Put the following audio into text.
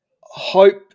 hope